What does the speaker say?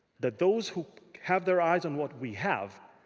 that those who have their eyes on what we have,